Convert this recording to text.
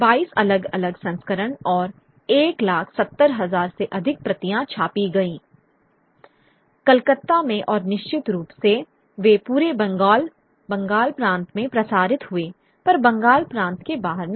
22 अलग अलग संस्करण और 170000 से अधिक प्रतियां छापी गईं कलकत्ता में और निश्चित रूप से वे पूरे बंगाल प्रांत में प्रसारित हुए पर बंगाल प्रांत के बाहर नहीं